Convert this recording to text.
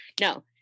no